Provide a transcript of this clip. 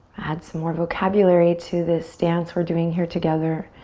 add some more vocabulary to this dance we're doing here together.